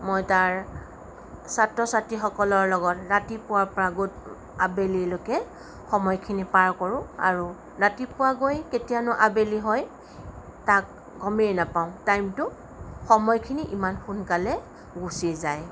মই তাৰ ছাত্ৰ ছাত্ৰীসকলৰ লগত ৰাতিপুৱাৰ পৰা আবেলিলৈকে সময়খিনি পাৰ কৰোঁ আৰু ৰাতিপুৱা গৈ কেতিয়ানো আবেলি হয় তাক গমেই নাপাওঁ টাইমটো সময়খিনি ইমান সোনকালে গুচি যায়